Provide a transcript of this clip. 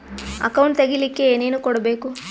Account ತೆಗಿಲಿಕ್ಕೆ ಏನೇನು ಕೊಡಬೇಕು?